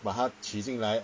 把她娶进来